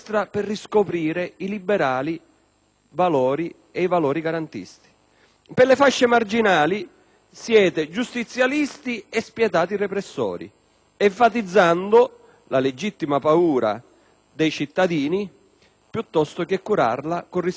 Per le fasce marginali siete giustizialisti e spietati repressori preferendo enfatizzare la legittima paura dei cittadini piuttosto che curarla con risposte vere ed efficaci.